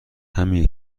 همین